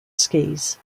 skis